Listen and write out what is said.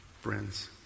Friends